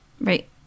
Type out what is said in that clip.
Right